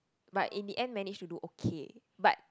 but in the end managed to do okay but